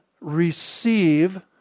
receive